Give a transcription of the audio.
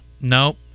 Nope